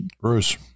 Bruce